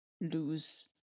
lose